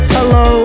Hello